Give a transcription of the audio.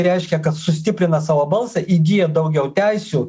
reiškia kad sustiprina savo balsą įgyja daugiau teisių